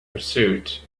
pursuit